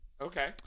Okay